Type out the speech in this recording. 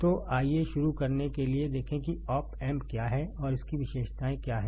तो आइए शुरू करने के लिए देखें कि ऑप एम्प क्या है और इसकी विशेषताएं क्या हैं